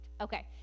Okay